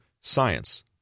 science